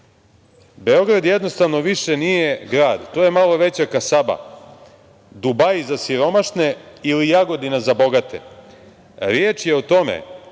„Beograd jednostavno više nije grad. To je malo veća kasaba, Dubai za siromašne ili Jagodina za bogate. Riječ je o tome